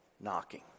knocking